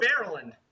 Maryland